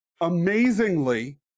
Amazingly